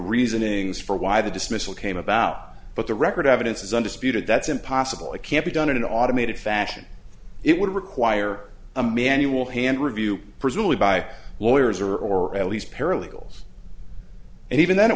reasonings for why the dismissal came about but the record evidence is undisputed that's impossible it can't be done in an automated fashion it would require a manual hand review presumably by lawyers or or at least paralegals and even then it